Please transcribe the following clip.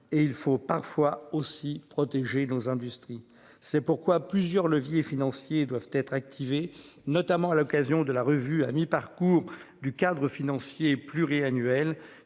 et il faut parfois aussi protéger nos industries. C'est pourquoi plusieurs leviers financiers doivent être activée notamment la. L'occasion de la revue à mi-parcours du cadre financier pluriannuel